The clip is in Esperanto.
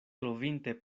trovinte